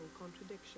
contradiction